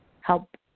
help